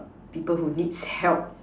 people who needs help